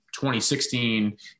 2016